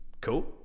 cool